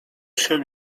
się